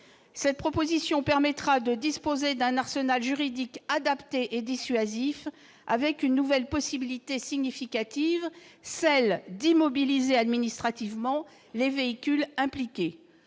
Cette proposition permettra de disposer d'un arsenal juridique adapté et dissuasif, avec une nouvelle possibilité significative : immobiliser administrativement les véhicules impliqués.